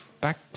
back